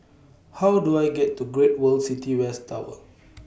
How Do I get to Great World City West Tower